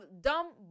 Dumb